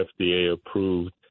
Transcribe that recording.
FDA-approved